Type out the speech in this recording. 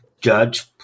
Judge